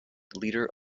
leader